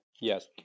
Yes